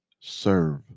serve